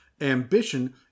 Ambition